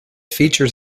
features